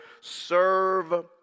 serve